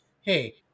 hey